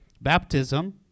baptism